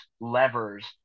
levers